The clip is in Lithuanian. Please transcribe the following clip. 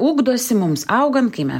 ugdosi mums augant kai mes